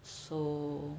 so